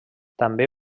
també